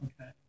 okay